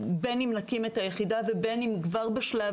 בין אם נקים את היחידה ובין אם כבר בשלב